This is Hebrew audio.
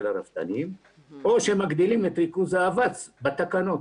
הרפתנים או שמגדילים את ריכוז האבץ בתקנות.